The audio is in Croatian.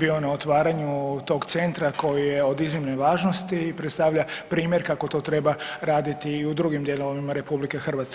bio na otvaranju tog centra koji je od iznimne važnosti i predstavlja primjer kako to treba raditi i u drugim dijelovima RH.